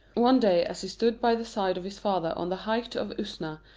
one day as he stood by the side of his father on the height of usna,